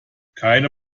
keine